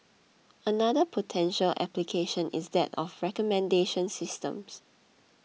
another potential application is that of recommendation systems